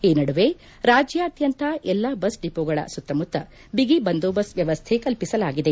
ಈ ನಡುವೆ ರಾಜ್ಯಾದ್ಯಂತ ಎಲ್ಲಾ ಬಸ್ ಡಿಮೋಗಳ ಸುತ್ತಮುತ್ತ ಬಿಗಿ ಬಂದೋಬಸ್ತ್ ವ್ಯವಸ್ಥೆ ಕಲ್ಪಿಸಲಾಗಿದೆ